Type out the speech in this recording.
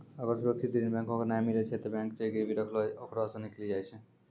अगर सुरक्षित ऋण बैंको के नाय मिलै छै तै बैंक जे गिरबी रखलो ओकरा सं निकली जाय छै